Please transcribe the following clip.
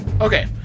Okay